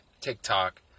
TikTok